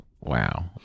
wow